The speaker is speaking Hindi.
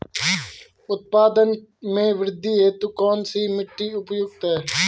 उत्पादन में वृद्धि हेतु कौन सी मिट्टी उपयुक्त है?